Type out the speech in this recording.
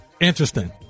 interesting